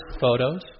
photos